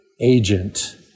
agent